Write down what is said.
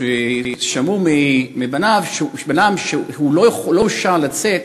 הם שמעו מבנם שהוא לא הורשה לצאת